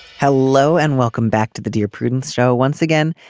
hello and welcome back to the dear prudence show once again.